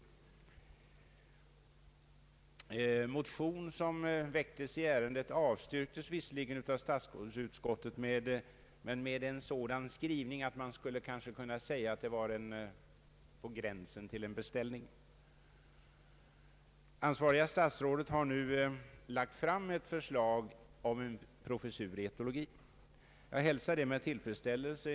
En motion som väcktes i ärendet avstyrktes visserligen av statsutskottet men med en sådan skrivning att man skulle kunna säga att det var på gränsen till en beställning. Det ansvariga statsrådet har nu lagt fram ett förslag om en professur i etologi. Jag hälsar det med tillfredsställelse.